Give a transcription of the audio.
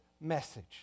message